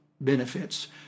benefits